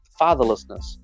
fatherlessness